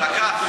רק דקה.